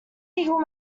eagle